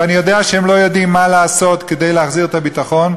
ואני יודע שהם לא יודעים מה לעשות כדי להחזיר את הביטחון,